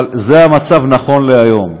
אבל זה המצב היום.